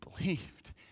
believed